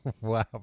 Wow